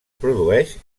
produeix